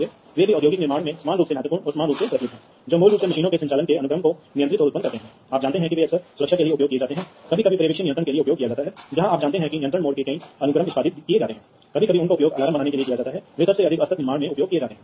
तो यह फील्डबस द्वारा पेश किया जाता है फिर बहुत बड़े तारों के फायदे होते हैं क्योंकि यह एक ऐसा नेटवर्क है जिस पर उपकरणों को लटका दिया जाता है जिससे आपको बहुत अधिक तारों के फायदे होते हैं और याद रखें कि सभी तारों का मतलब है इसका मतलब केबल है